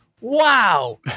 wow